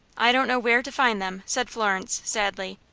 i don't know where to find them, said florence, sadly.